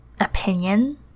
opinion